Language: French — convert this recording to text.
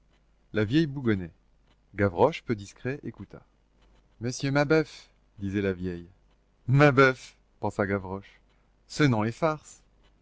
la vieille bougonnait gavroche peu discret écouta monsieur mabeuf disait la vieille mabeuf pensa gavroche ce nom est farce